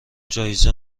جایزه